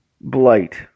Blight